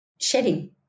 shedding